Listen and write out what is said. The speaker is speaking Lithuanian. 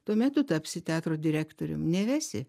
tuomet tu tapsi teatro direktorium nevesi